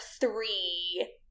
three